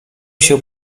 się